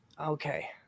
Okay